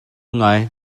ngai